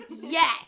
yes